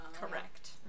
Correct